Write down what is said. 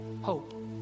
hope